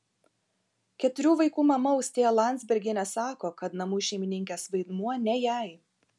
keturių vaikų mama austėja landzbergienė sako kad namų šeimininkės vaidmuo ne jai